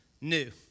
new